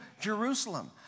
Jerusalem